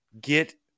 get